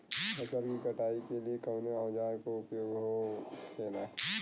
फसल की कटाई के लिए कवने औजार को उपयोग हो खेला?